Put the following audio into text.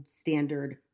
standard